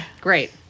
Great